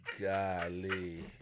Golly